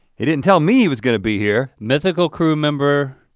he didn't tell me he was gonna be here. mythical crew member